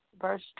verse